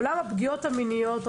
עולם הפגיעות המיניות,